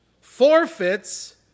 forfeits